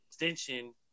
Extension